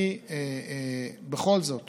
אני בכל זאת